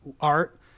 art